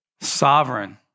sovereign